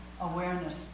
awareness